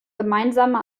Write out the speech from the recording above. gemeinsame